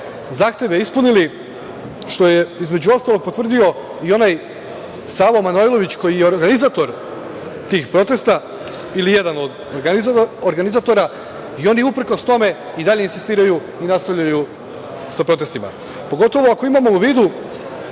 zahteve ispunili, što je, između ostalog potvrdio i onaj Savo Manojlović koji je organizator tih protesta, ili jedan od organizatora, i oni uprkos tome i dalje insistiraju i nastavljaju sa protestima, pogotovo ako imamo u vidu